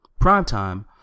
Primetime